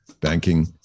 banking